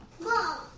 Mom